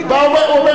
אבל הוא צריך להתייצב.